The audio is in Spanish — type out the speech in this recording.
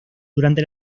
durante